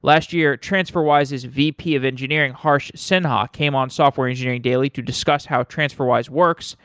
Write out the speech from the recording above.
last year, transferwise's vp of engineering harsh sinha came on software engineering daily to discuss how transferwise works.